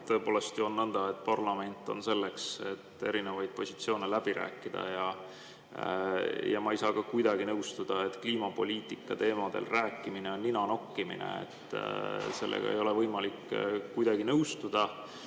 tõepoolest on nõnda, et parlament on selleks, et erinevaid positsioone läbi rääkida. Ja ma ei saa kuidagi nõustuda, et kliimapoliitika teemadel rääkimine on nina nokkimine. Sellega ei ole võimalik kuidagi nõustuda.